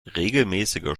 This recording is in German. regelmäßiger